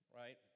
right